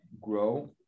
grow